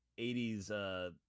80s